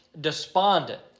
despondent